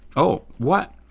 oh, what?